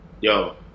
Yo